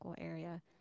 area